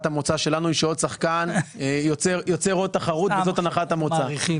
המוצא שלנו היא שעוד שחקן יוצר עוד תחרות וזאת הנחת המוצא.